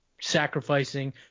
sacrificing